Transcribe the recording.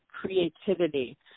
creativity